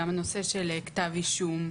גם הנושא של כתב אישום,